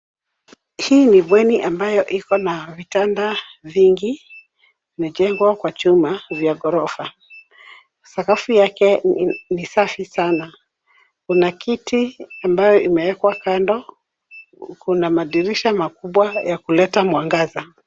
Hii ni bweni ambayo iko na vitanda vingi vimejengwa kwa chuma vya ghorofa. Sakafu yake ni safi sana. Kuna kiti ambayo imewekwa kando. Kuna madirisha makubwa ya kuleta mwangaza.